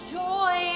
joy